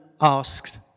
asked